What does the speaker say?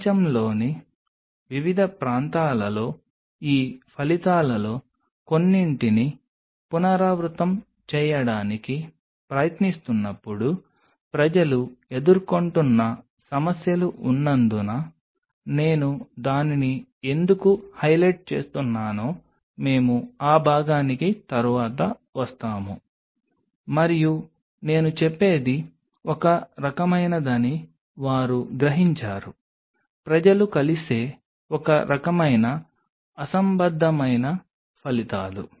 ప్రపంచంలోని వివిధ ప్రాంతాలలో ఈ ఫలితాలలో కొన్నింటిని పునరావృతం చేయడానికి ప్రయత్నిస్తున్నప్పుడు ప్రజలు ఎదుర్కొంటున్న సమస్యలు ఉన్నందున నేను దానిని ఎందుకు హైలైట్ చేస్తున్నానో మేము ఆ భాగానికి తరువాత వస్తాము మరియు నేను చెప్పేది ఒక రకమైనదని వారు గ్రహించారు ప్రజలు కలిసే ఒక రకమైన అసంబద్ధమైన ఫలితాలు